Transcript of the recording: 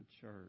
church